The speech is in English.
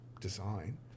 design